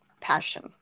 passion